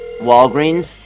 Walgreens